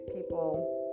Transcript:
people